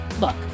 Look